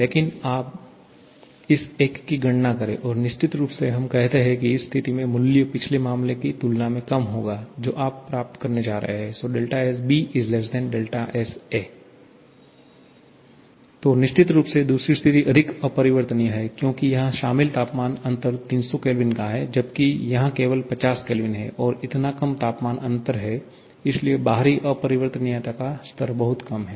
लेकिन आप इस एक की गणना करें और निश्चित रूप से हम कहते हैं कि इस स्थिति में मूल्य पिछले मामले की तुलना में कम होगा जो आप प्राप्त करने जा रहे हैं Sb Sa तो निश्चित रूप से दूसरी स्थिति अधिक अपरिवर्तनीय है क्योंकि यहाँ शामिल तापमान अंतर 300 K का है जबकि यहाँ केवल 50 K है और इतना कम तापमान अंतर है इसलिए बाहरी अपरिवर्तनीयता का स्तर बहुत कम है